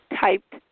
typed